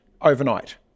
overnight